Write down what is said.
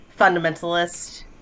fundamentalist